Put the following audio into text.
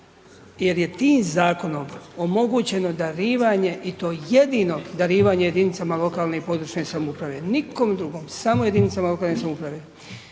jer je tim zakonom omogućeno darivanje i to jedino darivanje jedinicama lokalne i područne samouprave. Nikom drugom, samo jedinica lokalne samouprave.